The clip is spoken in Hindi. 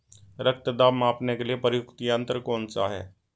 रक्त दाब मापने के लिए प्रयुक्त यंत्र कौन सा है?